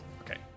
Okay